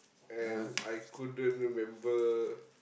and I couldn't remember